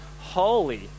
holy